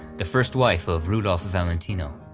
the first wife of rudolph valentino.